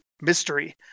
mystery